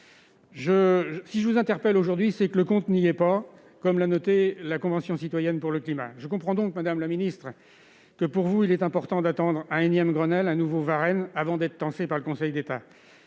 Si je vous interpelle aujourd'hui, c'est parce que le compte n'y est pas, comme l'a souligné la Convention citoyenne pour le climat. Je comprends donc, madame la ministre, qu'il est important pour vous d'attendre un énième Grenelle ou un nouveau Varenne avant d'être tancée d'agir par le Conseil d'État.